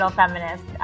feminist